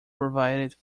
provided